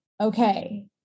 okay